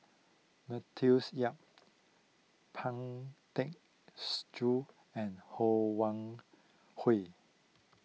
Matthews Yap Pang Tecks Joon and Ho Wan Hui